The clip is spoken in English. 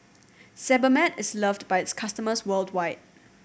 Sebamed is loved by its customers worldwide